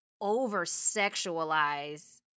over-sexualize